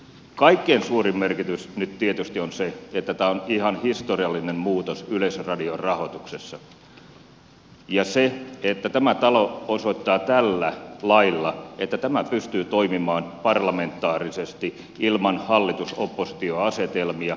kaikkein suurin merkitys nyt tietysti on sillä että tämä on ihan historiallinen muutos yleisradion rahoituksessa ja sillä että tämä talo osoittaa tällä lailla että tämä pystyy toimimaan parlamentaarisesti ilman hallitusoppositio asetelmia